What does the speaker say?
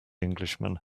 englishman